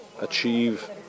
achieve